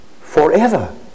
forever